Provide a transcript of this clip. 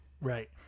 right